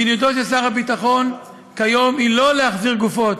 מדיניותו של שר הביטחון כיום היא לא להחזיר גופות.